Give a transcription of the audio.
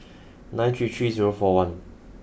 nine three three zero four one